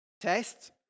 test